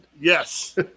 Yes